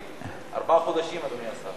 אין קווים ארבעה חודשים, אדוני השר.